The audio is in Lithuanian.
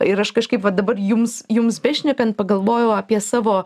ir aš kažkaip va dabar jums jums bešnekant pagalvojau apie savo